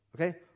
okay